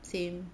same